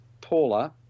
Paula